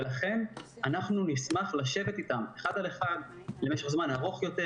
ולכן נשמח לשבת איתם אחד על אחד למשך זמן ארוך יותר,